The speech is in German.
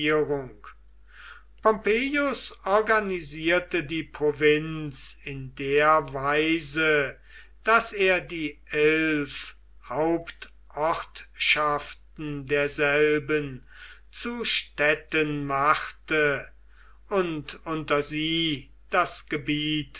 organisierte die provinz in der weise daß er die elf hauptortschaften derselben zu städten machte und unter sie das gebiet